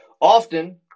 Often